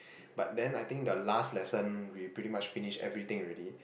but then I think the last lesson we pretty much finished everything already